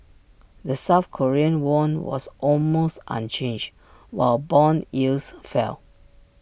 the south Korean won was almost unchanged while Bond yields fell